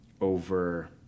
over